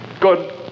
Good